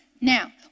Now